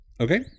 Okay